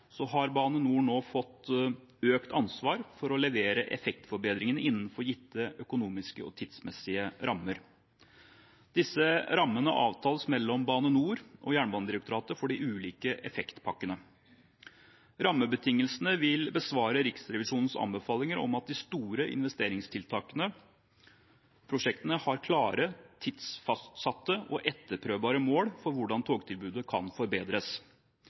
har Bane NOR nå fått økt ansvar for å levere effektforbedringene innenfor gitte økonomiske og tidsmessige rammer. Disse rammene avtales mellom Bane NOR og Jernbanedirektoratet for de ulike effektpakkene. Rammebetingelsene vil besvare Riksrevisjonens anbefalinger om at de store investeringsprosjektene har klare, tidsfastsatte og etterprøvbare mål for hvordan togtilbudet kan forbedres.